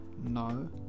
no